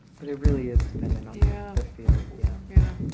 but it really is dependent on yeah the field. yeah. yeah.